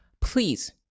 please